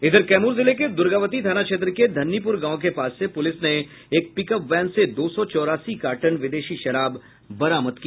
इधर कैमूर जिले के दुर्गावती थाना क्षेत्र के धन्नीपुर गांव के पास से पुलिस ने एक पिकअप वैन से दो सौ चौरासी कार्टन विदेशी शराब बरामद की